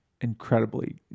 incredibly